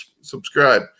subscribe